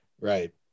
Right